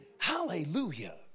Hallelujah